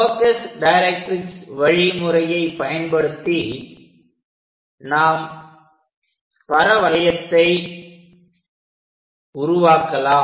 focus directrix வழிமுறையை பயன்படுத்தி நாம் பரவளையத்தை உருவாக்கலாம்